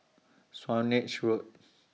Swanage Road